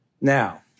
Now